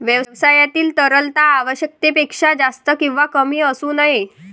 व्यवसायातील तरलता आवश्यकतेपेक्षा जास्त किंवा कमी असू नये